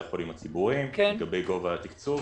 החולים הציבוריים לגבי גובה התקצוב.